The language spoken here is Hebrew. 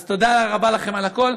אז תודה רבה לכן על הכול.